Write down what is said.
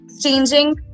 changing